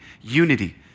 unity